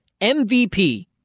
MVP